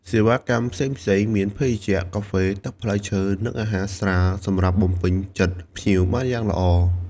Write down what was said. សេវាកម្មផ្សេងៗ មានភេសជ្ជៈកាហ្វេ ទឹកផ្លែឈើ និងអាហារស្រាល សម្រាប់បំពេញចិត្តភ្ញៀវបានយ៉ាងល្អ។